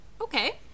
Okay